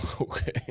okay